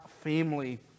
family